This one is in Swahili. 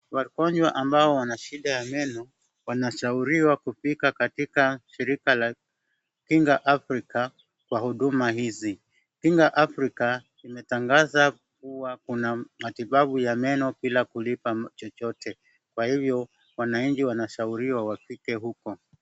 Wagonjwa ambao wana shida ya meno wanashauriwa kufika katika shirika la Kinga Afrika kwa huduma hizi. Kinga Afrika imetangaza kuwa kuna matibabu ya meno bila kulipa chochote. Kwa hivyo, wananchi wanashauriwa wafike huko.